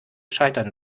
scheitern